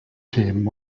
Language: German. themen